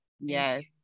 Yes